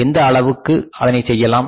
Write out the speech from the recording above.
எந்த அளவுக்கு அதை செய்யலாம்